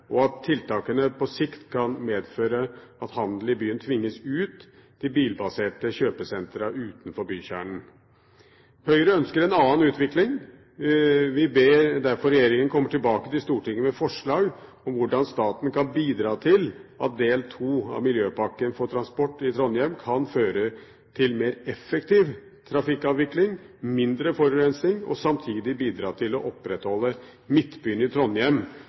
næringsdrivende, og tiltakene kan på sikt medføre at handel i byen tvinges ut til bilbaserte kjøpesentre utenfor bykjernen. Høyre ønsker en annen utvikling. Vi ber derfor regjeringen komme tilbake til Stortinget med forslag om hvordan staten kan bidra til at del II av miljøpakken for transport i Trondheim kan føre til mer effektiv trafikkavvikling, mindre forurensning og samtidig bidra til å opprettholde Midtbyen i Trondheim